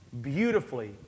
beautifully